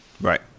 Right